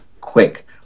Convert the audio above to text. quick